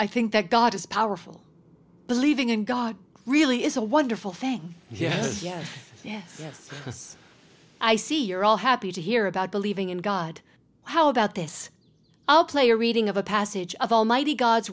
think that god is powerful believing in god really is a wonderful thing yes yes yes yes yes i see you're all happy to hear about believing in god how about this i'll play a reading of a passage of almighty god's